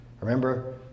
Remember